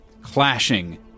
clashing